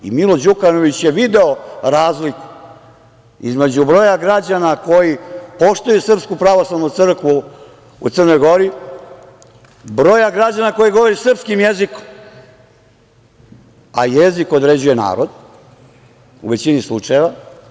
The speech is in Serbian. Milo Đukanović je video razliku između broja građana koji poštuju SPC u Crnoj Gori, broja građana koji govori srpskim jezikom, a jezik određuje narod u većini slučajeva.